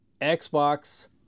Xbox